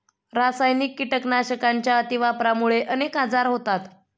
रासायनिक कीटकनाशकांच्या अतिवापरामुळे अनेक आजार होतात